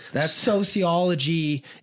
sociology